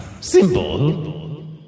simple